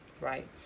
right